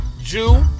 Jew